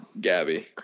Gabby